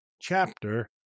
chapter